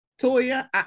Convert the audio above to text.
toya